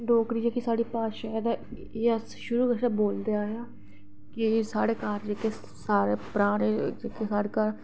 डोगरी जेह्की साढ़ी भाशा ऐ ते एह् अस शुरू कोला बोलदे आए आं कि एह् जेह्के घर पराने जेह्के साढ़े घर